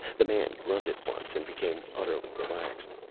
the man grunted once and became utterly relaxed.